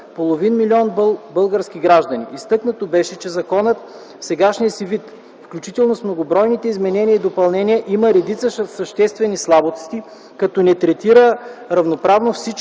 половин милион български граждани. Изтъкнато беше, че законът в сегашния си вид, включително с многобройните изменения и допълнения, има редица съществени слабости като не третира равноправно всички